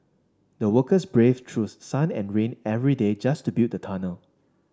the workers braved through sun and rain every day just to build the tunnel